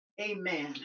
amen